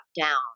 down